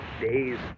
day's